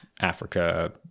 Africa